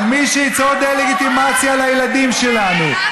אבל מי שייצור דה-לגיטימציה לילדים שלנו,